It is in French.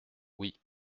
oui